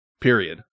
period